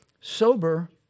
Sober